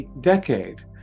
decade